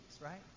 right